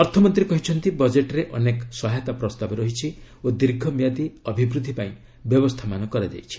ଅର୍ଥମନ୍ତ୍ରୀ କହିଛନ୍ତି ବଜେଟ୍ରେ ଅନେକ ସହାୟତା ପ୍ରସ୍ତାବ ରହିଛି ଓ ଦୀର୍ଘ ମିଆଁଦୀ ଅଭିବୃଦ୍ଧି ପାଇଁ ବ୍ୟବସ୍ଥାମାନ କରାଯାଇଛି